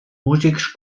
músics